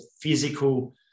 physical